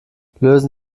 lösen